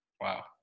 wow